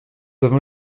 avons